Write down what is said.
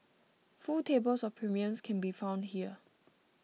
full tables of premiums can be found here